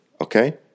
okay